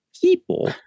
people